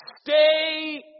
Stay